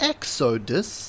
Exodus